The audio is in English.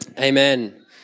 Amen